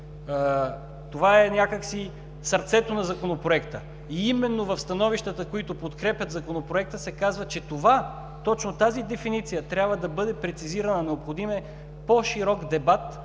Това е някак си сърцето на Законопроекта и именно в становищата, които подкрепят Законопроекта, се казва, че точно тази дефиниция трябва да бъде прецизирана. Необходим е по-широк дебат,